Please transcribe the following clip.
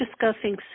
discussing